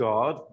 God